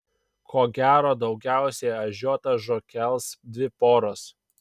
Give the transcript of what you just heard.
ko gero daugiausiai ažiotažo kels dvi poros